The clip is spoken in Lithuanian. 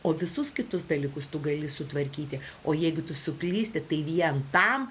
o visus kitus dalykus tu gali sutvarkyti o jeigu tu suklysti tai vien tam